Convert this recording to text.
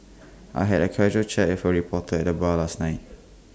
I had A casual chat with A reporter at the bar last night